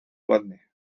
conde